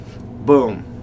Boom